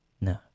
No